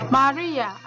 Maria